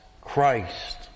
Christ